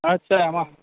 আচ্ছা আমা